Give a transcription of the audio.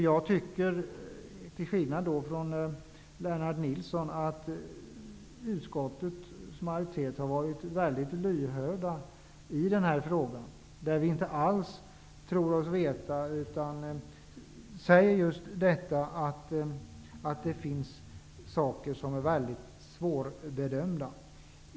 Jag tycker till skillnad från Lennart Nilsson att utskottets majoritet har varit mycket lyhörd i den här frågan, där vi inte alls tror oss veta, utan säger att det finns saker som är mycket svårbedömda.